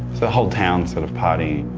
the whole town's sort of partying.